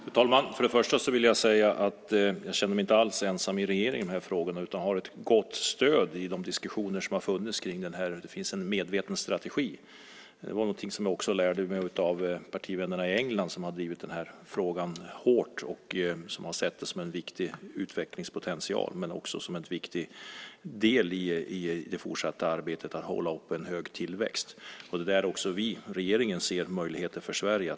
Fru talman! Först och främst vill jag säga att jag inte alls känner mig ensam i regeringen om de här frågorna. Jag har ett gott stöd i diskussionerna om den strategi som finns. Det är något som jag också har lärt av partivännerna i England, som har drivit denna fråga hårt och sett den som en viktig utvecklingspotential och som en viktig del i det fortsatta arbetet med att hålla uppe en hög tillväxt. Regeringen ser möjligheter för Sverige.